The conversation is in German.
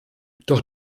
doch